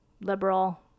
liberal